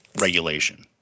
regulation